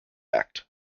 act